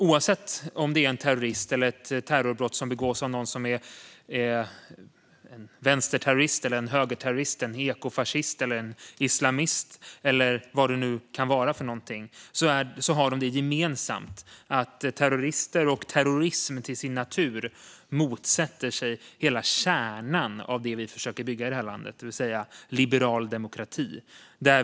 Oavsett om det är ett terrorbrott som begås av en vänsterterrorist, en högerterrorist, en ekofascist, en islamist eller vad det nu kan vara för någonting har de det gemensamt att terrorister och terrorism till sin natur motsätter sig hela kärnan i det som vi försöker bygga i det här landet, det vill säga liberal demokrati.